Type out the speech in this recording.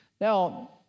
Now